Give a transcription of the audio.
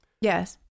yes